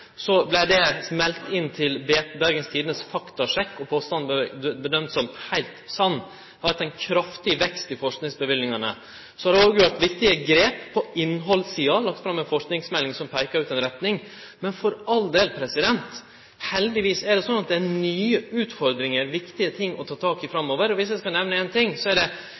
Så vart det meldt inn til Bergens Tidendes faktasjekk, og påstanden vart bedømd som heilt sann. Det har vore ein kraftig vekst i forskingsløyvingane. Så har det òg vore gjort viktige grep på innhaldssida, og det er lagt fram ei forskingsmelding som peikar ut ei retning. Men for all del, heldigvis er det sånn at det er nye utfordringar, viktige ting, å ta tak i framover. Og viss eg skal nemne ein ting, er det